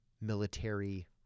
military